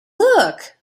look